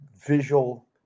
visual